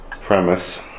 premise